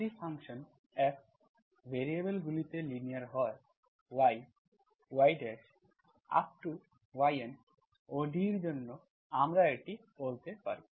যদি function F ভ্যারিয়েবলগুলিতে linear হয় yyyn ODE এর জন্য আমরা এটি বলতে পারি